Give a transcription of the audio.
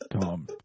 Tom